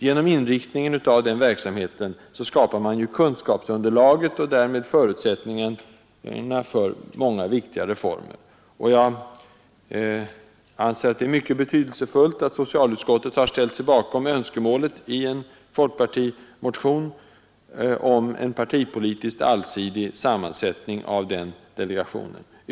Genom inriktningen av denna verksamhet skapas ju kunskapsunderlaget och därmed förutsättningarna för viktiga reformer. Jag anser det mycket betydelsefullt att socialutskottet har ställt sig bakom önskemålet i en folkpartimotion om en partipolitiskt allsidig sammansättning av den delegationen.